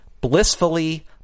blissfully